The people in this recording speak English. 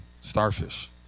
starfish